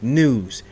news